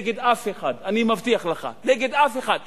נגד אף אחד, אני מבטיח לך, נגד אף אחד.